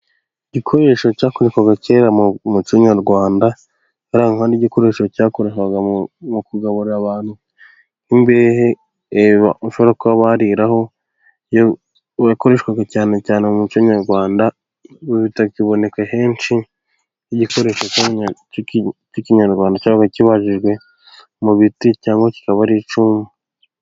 Igikoresho cyakoreshwaga kera mu muco nyarwanda, cyangwa n'igikoresho cyakoreshwaga mu kugaburira abantu, imbehe bashobora kuba baririraho, yakoreshwaga cyane cyane mu muco nyarwanda, ubu itakiboneka henshi, igikoresho k'ikinyarwanda cyangwa kibajijwe mu biti cyangwa kikaba ari icumu.